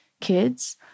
kids